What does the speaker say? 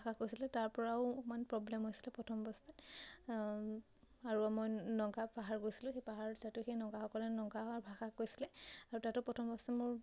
ভাষা কৈছিলে তাৰ পৰাও অকণমান প্ৰব্লেম হৈছিলে প্ৰথম অৱস্থাত আৰু মই নগা পাহাৰ গৈছিলোঁ সেই পাহাৰ তাতো সেই নগাসকলে নগা ভাষা কৈছিলে আৰু তাতো প্ৰথম অৱস্থাত মোৰ